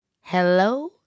Hello